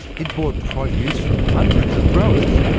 it bought produce from hundreds of growers,